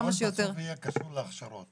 הכל בסוף יהיה קשור להכשרות.